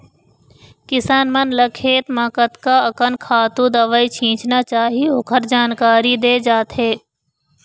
किसान मन ल खेत म कतका अकन खातू, दवई छिचना चाही ओखर जानकारी दे जाथे